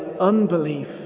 unbelief